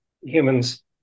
humans